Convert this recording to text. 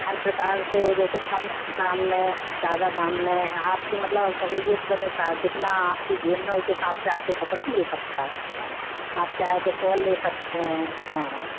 हर प्रकार से जैसे कम दाम में ज़्यादा दाम में आपकी मतलब सहूलियत के अनुसार जितना आपकी जेब में उस हिसाब से आपको कपड़ा मिल सकता है आप चाहे तो सॉल ले सकते हैं हाँ